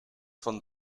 van